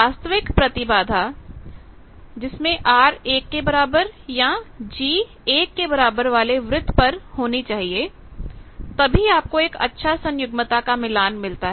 वास्तविक प्रतिबाधा R1 या G 1 वाले वृत्त पर होनी चाहिए तभी आपको एक अच्छा सन्युग्मता का मिलान मिलता है